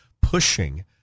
pushing